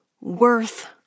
worth